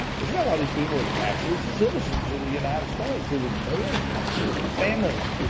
but you know ah these people are actually citizens of the united states. they were born here. absolutely. families,